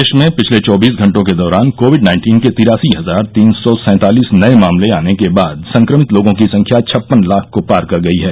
देश में पिछले चौबीस घंटों के दौरान कोविड नाइन्टीन के तिरासी हजार तीन सौ सैंतालिस नये मामले आने के बाद संक्रमित लोगों की संख्या छप्पन लाख को पार कर गई है